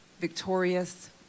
victorious